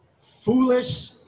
foolish